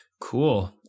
Cool